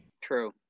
true